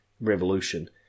revolution